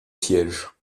siège